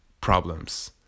problems